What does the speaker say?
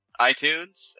iTunes